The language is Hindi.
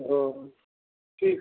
हाँ ठीक